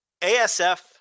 ASF